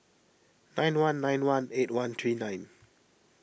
nine one nine one eight one three nine